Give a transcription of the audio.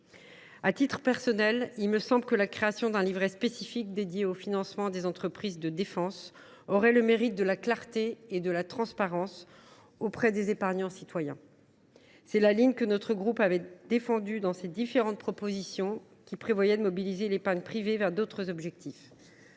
À titre personnel, il me semble que la création d’un livret spécifique dédié au financement des entreprises de la défense aurait le mérite de la clarté et de la transparence pour les épargnants citoyens. C’est la ligne que notre groupe avait défendue dans ses différentes propositions qui prévoyaient de mobiliser l’épargne privée vers d’autres objectifs.